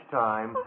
time